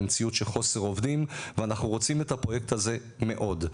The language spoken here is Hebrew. במציאות של חוסר עובדים ואנחנו רוצים את הפרויקט הזה מאוד,